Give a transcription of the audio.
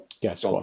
yes